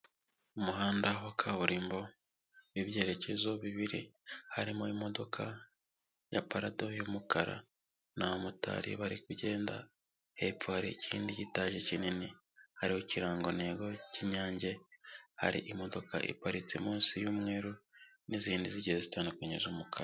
Umuhanda wa kaburimbo w'ibyerekezo bibiri, harimo imodoka ya parado y'umukara n'abamotari bari kugenda. Hepfo hari ikindi gitaje kinini hariho ikirangantego cy'lnyange, hari imodoka iparitse munsi y'umweru n'izindi zigeye zitandukanye z'umukara.